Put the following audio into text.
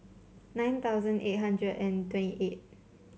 nine thousand eight hundred and twenty eight